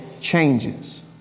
changes